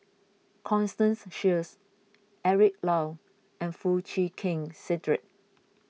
Constance Sheares Eric Low and Foo Chee Keng Cedric